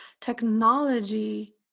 technology